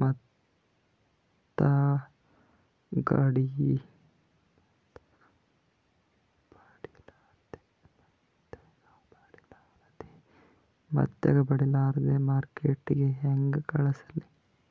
ಮೆತ್ತಗಬಡಿಲಾರ್ದೆ ಮಾರ್ಕಿಟಗೆ ಹೆಂಗ ಕಳಸಲಿ?